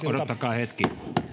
odottakaa hetki